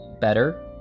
better